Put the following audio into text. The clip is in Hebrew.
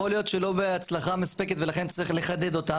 יכול להיות שלא בהצלחה מספקת ולכן נצטרך לחדד אותם,